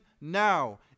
now